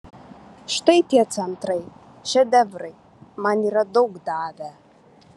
štai tie centrai šedevrai man yra daug davę